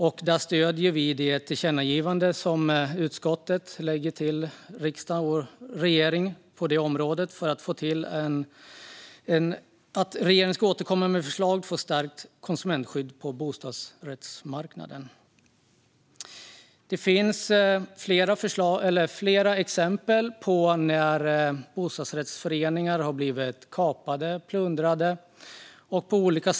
Vi stöder utskottets tillkännagivande om att regeringen ska återkomma till riksdagen med förslag om stärkt konsumentskydd på bostadsrättsmarknaden. Det finns flera exempel på att bostadsrättföreningar har blivit kapade och plundrade.